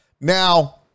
Now